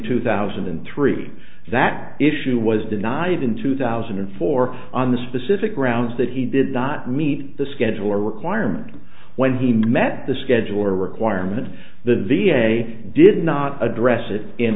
two thousand and three that issue was denied in two thousand and four on the specific grounds that he did not meet the schedule or requirement when he met the scheduler requirement the v a did not address it in